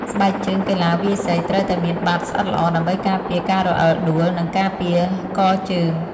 ស្បែកជើងកីឡាវាយសី ត្រូវតែមានបាតស្អិតល្អដើម្បីការពារការរអិលដួល និងការពារកជើង។